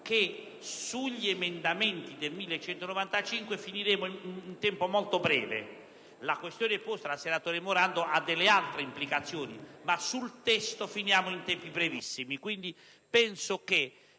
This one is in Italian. disegno di legge n. 1195 finiremo in un tempo molto breve. La questione posta dal senatore Morando ha delle altre implicazioni, ma sul testo finiamo in tempi brevissimi.